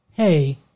hey